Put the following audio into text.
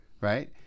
right